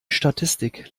statistik